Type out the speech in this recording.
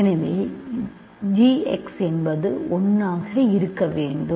எனவே g x என்பது 1 ஆக இருக்க வேண்டும்